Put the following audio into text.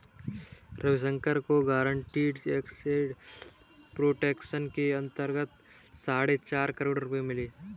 रविशंकर को guaranteed asset protection के अंतर्गत साढ़े चार करोड़ रुपये मिले